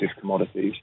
commodities